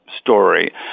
story